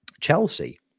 Chelsea